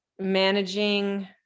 managing